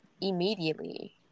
immediately